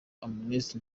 amnesty